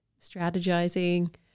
strategizing